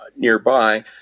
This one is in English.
nearby